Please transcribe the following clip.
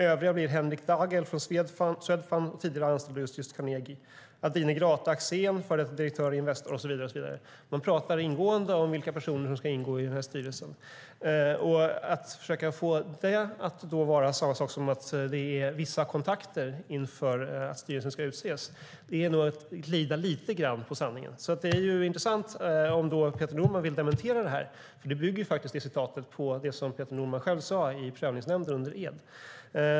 Övriga blir Henrik Dagel från Swedfund och tidigare anställd på just Carnegie, Adine Grate Axén, före detta direktör i Investor." De pratar ingående om vilka personer som ska ingå i styrelsen. Att försöka få det till att vara samma sak som att det förekommer vissa kontakter inför att styrelsen ska utses är nog att glida lite grann på sanningen. Det är intressant om Peter Norman vill dementera detta. Citatet bygger faktiskt på det Peter Norman själv sade i Prövningsnämnden under ed.